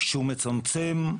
שהוא מצמצם,